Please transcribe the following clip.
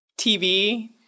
TV